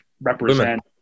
represent